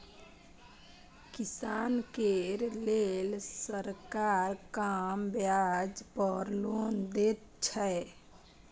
किसान केर लेल सरकार कम ब्याज पर लोन दैत छै